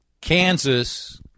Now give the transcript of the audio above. Kansas